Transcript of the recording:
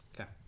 Okay